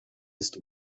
ist